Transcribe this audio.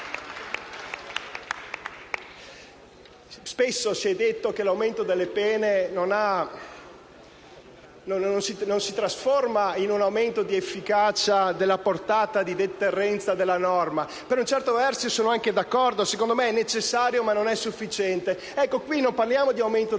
Spesso si è detto che l'aumento delle pene non si trasforma in un aumento di efficacia della portata di deterrenza della norma. Per un certo verso sono anche d'accordo. Secondo me, è necessario, ma non è sufficiente. Ecco, qui parliamo non di aumento delle pene,